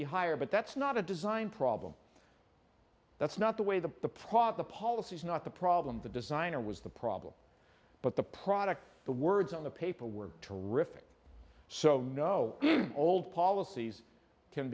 be higher but that's not a design problem that's not the way the prof the policy is not the problem the designer was the problem but the product the words on the paper were terrific so no good old policies can